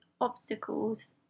obstacles